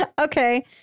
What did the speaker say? Okay